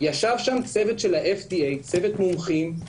ישב שם צוות של ה-FDA, צוות מומחים,